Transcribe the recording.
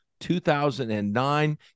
2009